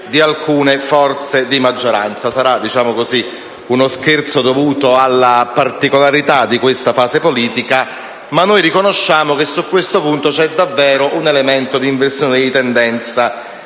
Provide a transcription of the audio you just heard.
di alcune forze di maggioranza. Sarà uno scherzo dovuto alla particolarità di questa fase politica, ma riconosciamo che su questo punto c'è davvero un'inversione di tendenza